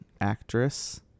actress